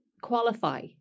qualify